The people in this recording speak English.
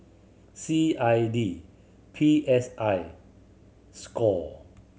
C I D P S I score